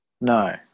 No